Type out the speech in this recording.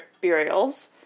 burials